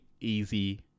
easy